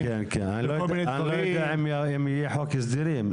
כן, אני לא יודע אם יהיה חוק הסדרים.